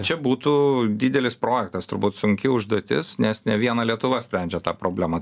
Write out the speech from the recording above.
čia būtų didelis projektas turbūt sunki užduotis nes ne viena lietuva sprendžia tą problemą